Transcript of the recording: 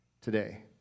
today